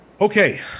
Okay